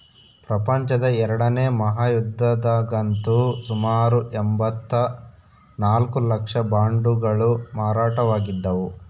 ಪ್ರಪಂಚದ ಎರಡನೇ ಮಹಾಯುದ್ಧದಗಂತೂ ಸುಮಾರು ಎಂಭತ್ತ ನಾಲ್ಕು ಲಕ್ಷ ಬಾಂಡುಗಳು ಮಾರಾಟವಾಗಿದ್ದವು